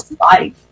life